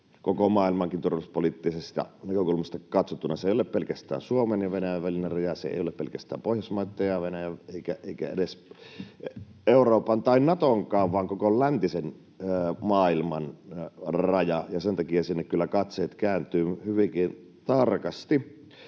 koko maailmankin turvallisuuspoliittisesta näkökulmasta katsottuna. Se ei ole pelkästään Suomen ja Venäjän välinen raja, se ei ole pelkästään Pohjoismaitten ja Venäjän eikä edes Euroopan tai Natonkaan, vaan koko läntisen maailman raja. Sen takia sinne kyllä katseet kääntyvät hyvinkin tarkasti.